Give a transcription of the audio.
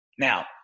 Now